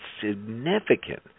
significant